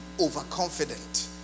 overconfident